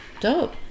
Dope